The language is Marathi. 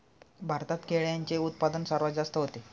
भारतात केळ्यांचे उत्पादन सर्वात जास्त होते